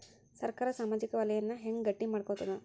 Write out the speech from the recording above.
ಸರ್ಕಾರಾ ಸಾಮಾಜಿಕ ವಲಯನ್ನ ಹೆಂಗ್ ಗಟ್ಟಿ ಮಾಡ್ಕೋತದ?